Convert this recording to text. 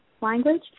language